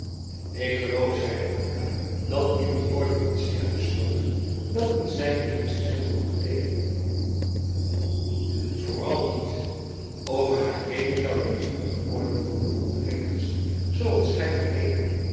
ik geloof zeide oda dat in die woorden iets ligt besloten dat een zijdelingschen zet moet beteekenen vooral niet over haar kleeding zou ik liever het oordeel van bevoegde rechters zooals gij vernemen